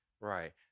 right